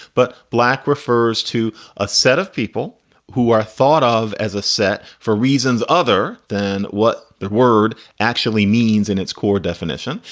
but black refers to a set of people who are thought of as a set for reasons other than what the word actually means in its core definition.